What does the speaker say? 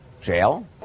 jail